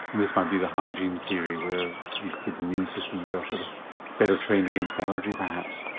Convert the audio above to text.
this might be the hygiene theory where these kids' immune systems are sort of better trained against allergy perhaps?